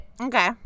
Okay